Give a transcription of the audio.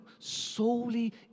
solely